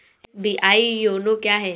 SBI YONO क्या है?